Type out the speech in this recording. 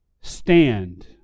stand